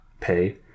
pay